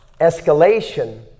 escalation